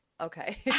okay